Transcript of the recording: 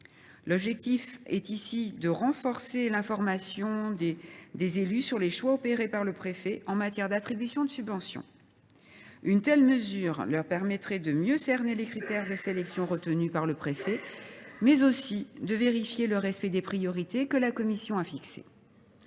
L’objectif est ici de renforcer l’information des élus sur les choix opérés par le préfet en matière d’attribution de subventions. Une telle mesure leur permettrait de mieux cerner les critères de sélection retenus par le préfet, mais aussi de vérifier le respect des priorités que la commission a fixées.